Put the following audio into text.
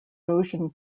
erosion